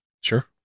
Sure